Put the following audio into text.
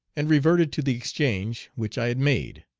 and reverted to the exchange which i had made.